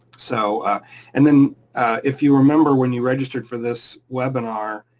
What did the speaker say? so and then if you remember, when you registered for this webinar,